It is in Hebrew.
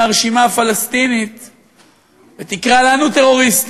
לתמימות, ודינו אחד, דינו כדין כל טרוריסט,